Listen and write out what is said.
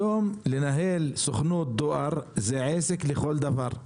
היום לנהל סוכנות דואר זה עסק לכל דבר.